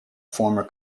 former